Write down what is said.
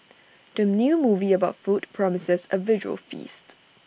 the new movie about food promises A visual feast